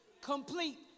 complete